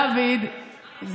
דוד,